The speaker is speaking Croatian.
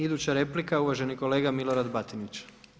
Iduća replika, uvaženi kolega Milorad Batinić.